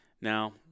Now